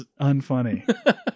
Unfunny